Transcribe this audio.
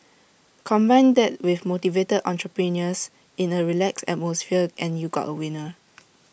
combine that with motivated entrepreneurs in A relaxed atmosphere and you got A winner